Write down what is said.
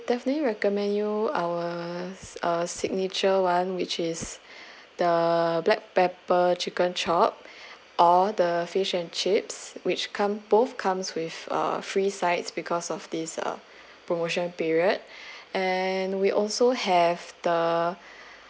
definitely recommend you our uh signature one which is the black pepper chicken chop or the fish and chips which come both comes with uh free side because of this uh promotion period and we also have the